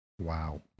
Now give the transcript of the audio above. Wow